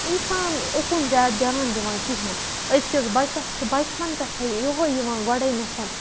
اِنسان اُکُن زیادٕ دھیان دِوان کِہِیٖنۍ أزکِس بَچَس چھِ بَچپَن پیٚٹھے یُہے یِوان گۄڈٕنیٚتھ